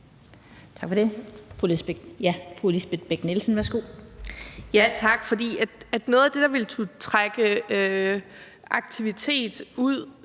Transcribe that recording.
Tak for det.